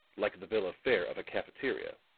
like the bill of fare of a cafeteria.